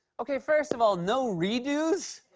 okay, first of all, no redos?